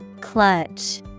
Clutch